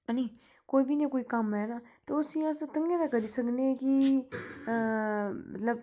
ऐनी कोई बी इ'यां कोई कम्म ऐ ते उसी अस ताइयें करी सकनें कि मतलब